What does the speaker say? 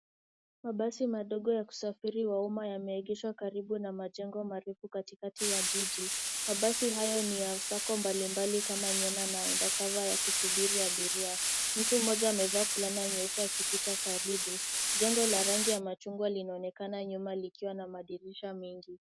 Mabasi madogo ya usafiri wa umma yameegeshwa karibu na majengo marefu katikati jiji. Mabasi hayo ni ya Sacco mbalimbali kama NYENA na EMBASSAVA yakisubiri abiria. Mtu mmoja amevaa fulana nyeupe akipita karibu. Jengo la rangi ya machungwa linaonekana nyuma likiwa na madirisha mengi.